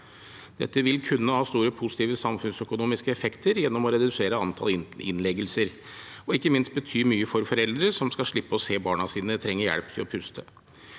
Dette vil kunne ha store, positive samfunnsøkonomiske effekter gjennom å redusere antall innleggelser, og ikke minst bety mye for foreldre, som skal slippe å se barna sine trenge hjelp til å puste.